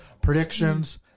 predictions